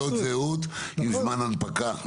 במיוחד תעודות זהות עם זמן הנפקה.